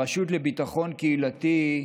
הרשות לביטחון קהילתי,